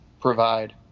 provide